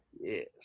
yes